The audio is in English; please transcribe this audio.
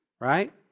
right